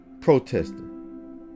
protesting